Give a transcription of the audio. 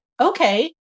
okay